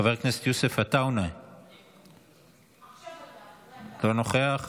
חבר הכנסת יוסף עטאונה, לא נוכח.